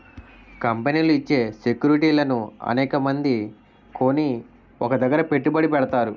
కంపెనీలు ఇచ్చే సెక్యూరిటీలను అనేకమంది కొని ఒక దగ్గర పెట్టుబడి పెడతారు